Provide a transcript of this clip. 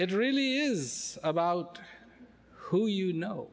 it really is about who you know